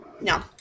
No